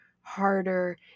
harder